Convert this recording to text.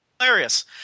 Hilarious